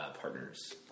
partners